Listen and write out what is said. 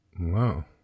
Wow